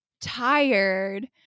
tired